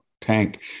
tank